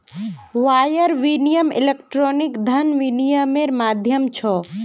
wire विनियम electronic धन विनियम्मेर माध्यम छ